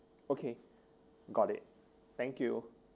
okay got it thank you